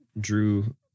drew